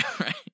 right